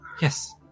Yes